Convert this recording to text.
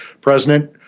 President